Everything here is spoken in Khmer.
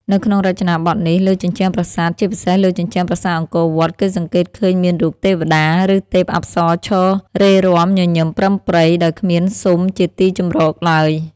នៅក្នុងរចនាបថនេះ លើជញ្ជាំងប្រាសាទ ជាពិសេសលើជញ្ជាំងប្រាសាទអង្គរវត្ដ គេសង្កេត ឃើញមានរូប ទេវតា ឬទេពអប្សរឈររេរាំញញឹមប្រិមប្រិយ ដោយគ្មានស៊ុមជាទីជម្រកឡើយ ។